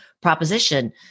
proposition